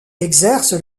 exerce